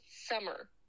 summer